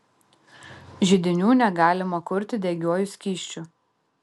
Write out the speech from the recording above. židinių negalima kurti degiuoju skysčiu